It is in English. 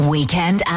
Weekend